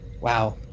wow